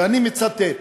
ואני מצטט: